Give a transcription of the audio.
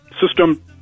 System